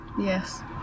Yes